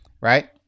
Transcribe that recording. right